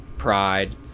Pride